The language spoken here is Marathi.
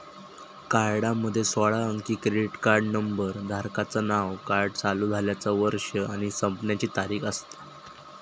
कार्डामध्ये सोळा अंकी क्रेडिट कार्ड नंबर, धारकाचा नाव, कार्ड चालू झाल्याचा वर्ष आणि संपण्याची तारीख असता